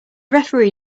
referee